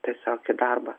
tiesiog į darbą